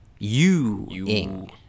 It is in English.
youing